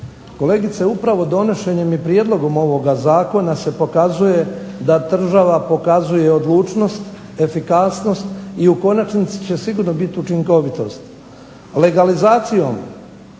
Kolegice upravo donošenjem i prijedlogom ovoga zakona se pokazuje da država pokazuje odlučnost, efikasnost i u konačnici će sigurno biti učinkovitost. Legalizacijom